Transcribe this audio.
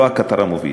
לא הקטר המוביל.